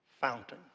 fountain